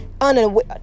unaware